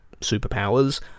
superpowers